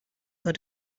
war